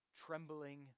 trembling